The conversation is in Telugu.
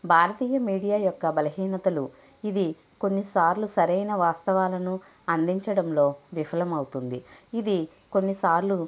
భారతీయ మీడియా యొక్క బలహీనతలు ఇది కొన్ని సార్లు సరైన వాస్తవాలను అందించడంలో విఫలమవుతుంది ఇది కొన్నిసార్లు